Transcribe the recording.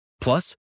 Plus